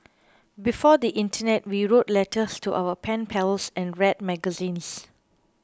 before the internet we wrote letters to our pen pals and read magazines